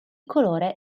colore